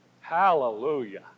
Hallelujah